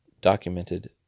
documented